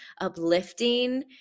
uplifting